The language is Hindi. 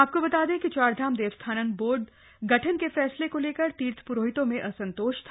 आपको बता दें कि चारधाम देवस्थानम बोर्ड गठन के फैसले को लेकर तीर्थ प्रोहितों में असंतोष था